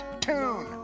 tune